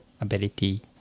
ability